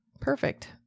Perfect